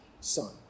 son